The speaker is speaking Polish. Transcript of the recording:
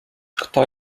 kto